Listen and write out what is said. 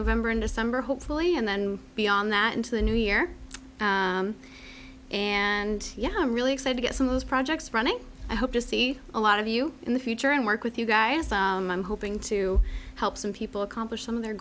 november and december hopefully and then beyond that into the new year and yeah i'm really excited to get some of those projects running i hope to see a lot of you in the future and work with you guys i'm hoping to help some people accomplish some of their